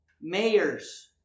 mayors